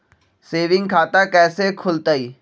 Saving खाता कैसे खुलतई?